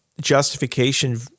justification